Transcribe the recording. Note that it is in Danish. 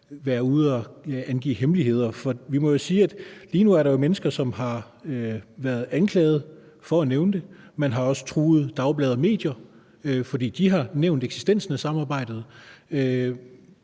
eller afsløre hemmeligheder? For vi må sige, at der jo lige nu er mennesker, som har været anklaget for at nævne det, og man har også truet dagblade og medier, fordi de har nævnt eksistensen af samarbejdet,